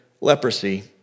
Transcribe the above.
leprosy